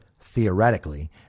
theoretically